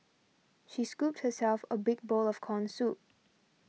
she scooped herself a big bowl of Corn Soup